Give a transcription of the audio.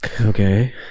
Okay